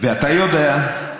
ואתה יודע,